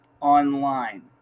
online